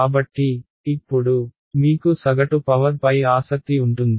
కాబట్టి ఇప్పుడు మీకు సగటు పవర్ పై ఆసక్తి ఉంటుంది